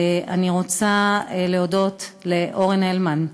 אני רוצה להודות לאורן הלמן,